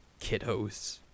Kiddos